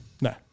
No